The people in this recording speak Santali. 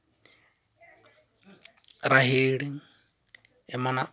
ᱨᱟᱦᱮᱲ ᱮᱢᱟᱱᱟᱜ